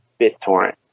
BitTorrent